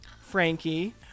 Frankie